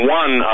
one